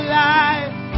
life